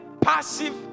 passive